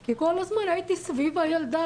כי כל הזמן הייתי סביב הילדה,